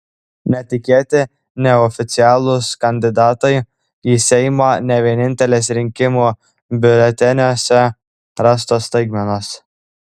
netikėti neoficialūs kandidatai į seimą ne vienintelės rinkimų biuleteniuose rastos staigmenos